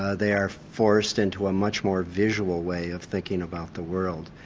ah they are forced into a much more visual way of thinking about the world.